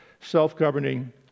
self-governing